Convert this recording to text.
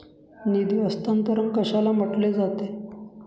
निधी हस्तांतरण कशाला म्हटले जाते?